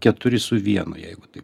keturi su vienu jeigu taip